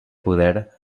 poder